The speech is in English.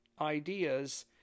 ideas